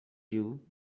you